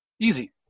Easy